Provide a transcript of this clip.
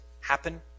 happen